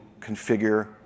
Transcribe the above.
configure